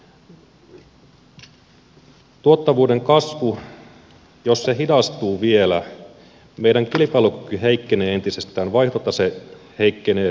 jos tuottavuuden kasvu hidastuu vielä niin meidän kilpailukyky heikkenee entisestään vaihtotase heikkenee huomattavasti